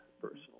personally